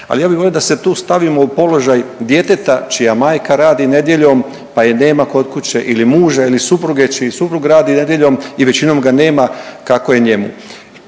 ali ja bi volio da se tu stavimo u položaj djeteta čija majka radi nedjeljom pa je nema kod kuće ili muža ili supruge čiji suprug radi nedjeljom i većinom ga nema kako je njemu.